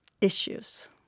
issues